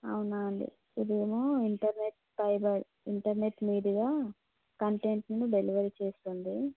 అవునా అండి ఇదేమో ఇంటర్నెట్ పైగా ఇంటర్నెట్ మీదుగా కంటెంట్ని డెలివర్ చేస్తుంది